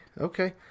okay